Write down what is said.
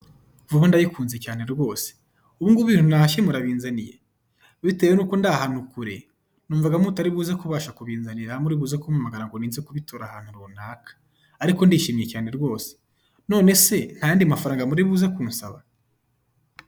Vuba ndayikunze cyane rwose! Ubu ngubu ibintu nahashye murabinzaniye? Bitewe n'uko ndi ahantu kure, numvaga mutari buze kubasha kubinzanira, muri buze kumpamagara ngo ninze kubitora ahantu runaka, ariko ndishimye cyane rwose! Nonese ntayandi mafaranga muri buze kunsaba?